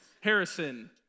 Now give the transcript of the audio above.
Harrison